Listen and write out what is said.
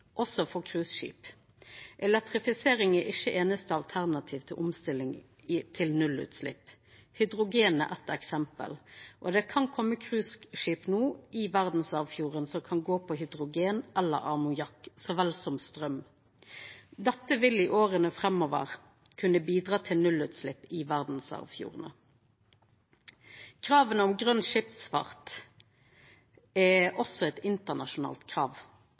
også for cruiseskip. Elektrifisering er ikkje einaste alternativ til omstilling til nullutslepp. Hydrogen er eitt eksempel, og det kan koma cruiseskip no i verdsarvfjorden som kan gå på hydrogen eller ammoniakk, så vel som straum. Dette vil i åra framover kunne bidra til nullutslepp i verdsarvfjordene. Kravet om grøn skipsfart er også eit internasjonalt krav.